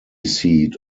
seat